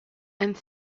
and